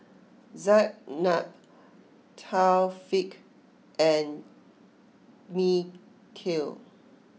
Zaynab Thaqif and Mikhail